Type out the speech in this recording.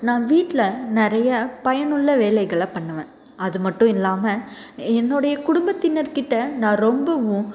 நான் வீட்டில நிறைய பயனுள்ள வேலைகளை பண்ணுவேன் அது மட்டுயில்லாமல் என்னுடைய குடும்பத்தினர்கிட்ட நான் ரொம்பவும்